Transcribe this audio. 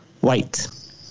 white